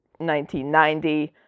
1990